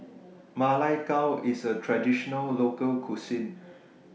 Ma Lai Gao IS A Traditional Local Cuisine